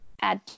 add